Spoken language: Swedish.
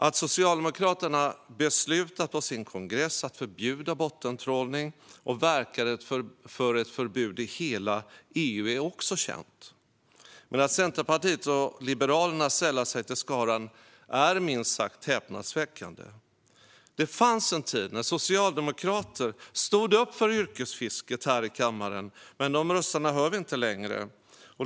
Att Socialdemokraterna har beslutat på sin kongress att förbjuda bottentrålning och verka för ett förbud i hela EU är också känt. Men att Centerpartiet och Liberalerna sällar sig till skaran är minst sagt häpnadsväckande. Det fanns en tid när socialdemokrater stod upp för yrkesfisket här i kammaren, men de rösterna hör vi inte längre.